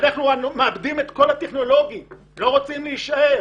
אנחנו מאבדים את כל הטכנולוגים שלא רוצים להישאר.